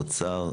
האוצר,